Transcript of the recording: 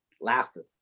laughter